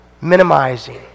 minimizing